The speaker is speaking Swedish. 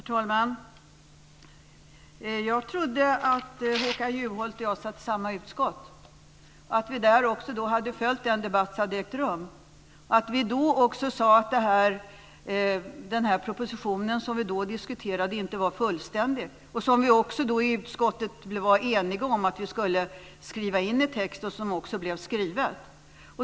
Herr talman! Jag trodde att Håkan Juholt och jag satt i samma utskott, och att vi där har följt den debatt som har ägt rum. Vi sade då att propositionen inte var fullständig, vilket vi var eniga om skulle skrivas in i texten, vilket också skedde.